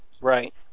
Right